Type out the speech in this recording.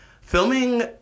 filming